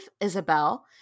Isabel